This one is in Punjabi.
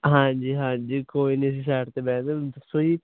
ਹਾਂਜੀ ਹਾਂਜੀ ਕੋਈ ਨੀ ਅਸੀਂ ਸੈਡ 'ਤੇ ਬਹਿ ਗੇ ਤੁਸੀਂ ਦੱਸੋ ਜੀ